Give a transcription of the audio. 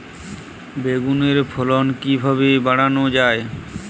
বেগুনের ফলন কিভাবে বাড়ানো যায়?